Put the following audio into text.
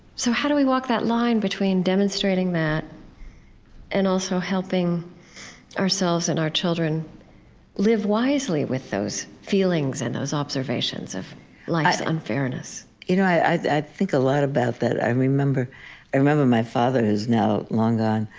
so how do we walk that line between demonstrating that and also helping ourselves and our children live wisely with those feelings and those observations of life's unfairness? you know i i think a lot about that. i remember i remember my father, who is now long gone,